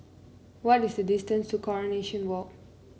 what is the distance to Coronation Walk